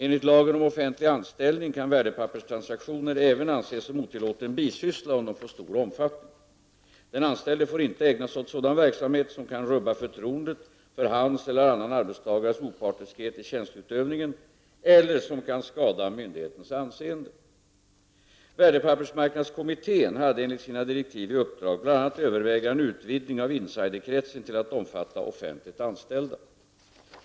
Enligt lagen om offentlig anställning kan värdepapperstransaktioner även anses som otillåten bisyssla om de får stor omfattning. Den anställde får inte ägna sig åt sådan verksamhet som kan rubba förtroendet för hans eller annan arbetstagares opartiskhet i tjänsteutövningen eller som kan skada myndighetens anseende. Värdepappersmarknadskommittén hade enligt sina direktiv i uppdrag bl.a. att överväga en utvidgning av insiderkretsen till att omfatta offentligt anställda.